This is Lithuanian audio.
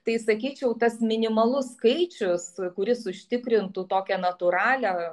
tai sakyčiau tas minimalus skaičius kuris užtikrintų tokią natūralią